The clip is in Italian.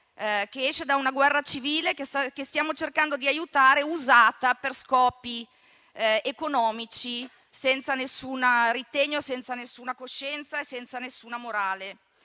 che usciva da una guerra civile, che stavamo cercando di aiutare, usata per scopi economici, senza alcun ritegno, senza nessuna coscienza e senza alcuna morale.